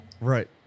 Right